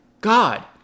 God